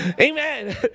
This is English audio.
Amen